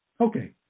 okay